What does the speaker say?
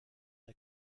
der